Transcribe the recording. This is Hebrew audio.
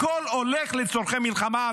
הכול הולך לצורכי מלחמה,